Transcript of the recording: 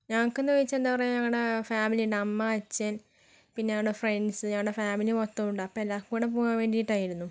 ഞങ്ങൾക്കെന്ന് വെച്ച് എന്താണ് പറയുക ഞങ്ങളുടെ ഫാമിലി ഉണ്ട് അമ്മ അച്ഛൻ പിന്നെ ഞങ്ങളുടെ ഫ്രണ്ട്സ് ഞങ്ങളുടെ ഫാമിലി മൊത്തമുണ്ട് അപ്പോൾ എല്ലാവർക്കും കൂടെ പോകാൻ വേണ്ടിയിട്ടായിരുന്നു